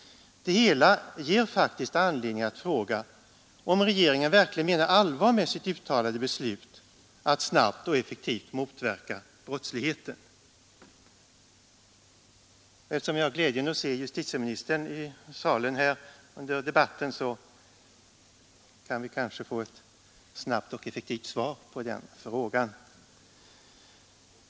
Det hela ger mig faktiskt anledning att fråga om regeringen verkligen menar allvar med sitt uttalade beslut att snabbt och effektivt motverka brottsligheten. — Eftersom jag till min glädje ser att justitieministern är i kammaren kanske jag kan hoppas på att få ett snabbt svar på den frågan.